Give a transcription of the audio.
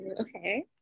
Okay